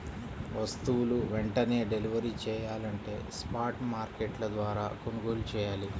వస్తువులు వెంటనే డెలివరీ చెయ్యాలంటే స్పాట్ మార్కెట్ల ద్వారా కొనుగోలు చెయ్యాలి